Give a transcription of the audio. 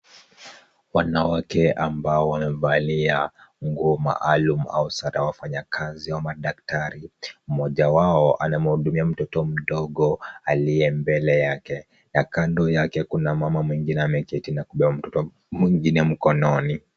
Wanawake ambao wamevalia nguo maalumu au sare ya wafanyakazi au madaktari. Mmoja wao anamhudumua mtoto mdogo aliye mbele yake, na kando yake kuna mama mwingine ameketi na kubeba mtoto mwingine mkononi.